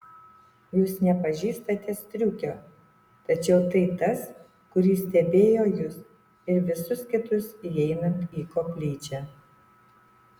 jūs nepažįstate striukio tačiau tai tas kuris stebėjo jus ir visus kitus įeinant į koplyčią